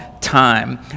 time